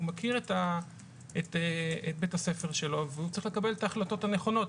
הוא מכיר את בית הספר שלו והוא צריך לקבל את ההחלטות הנכונות.